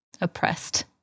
oppressed